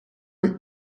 een